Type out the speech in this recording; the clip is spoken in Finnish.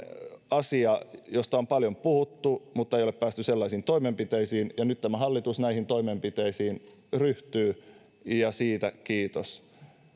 asia josta on paljon puhuttu mutta ei ole päästy sellaisiin toimenpiteisiin nyt tämä hallitus näihin toimenpiteisiin ryhtyy ja siitä kiitos edustaja